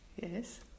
Yes